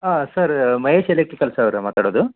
ಹಾಂ sir Mahesh electricals ಅವ್ರಾ ಮಾತಾಡೋದು